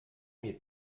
mir